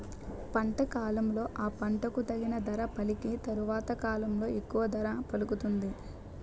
పంట కాలంలో ఆ పంటకు తక్కువ ధర పలికి తరవాత కాలంలో ఎక్కువ ధర పలుకుతుంది